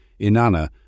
Inanna